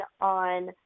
on